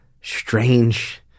strange